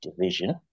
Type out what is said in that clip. Division